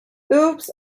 oops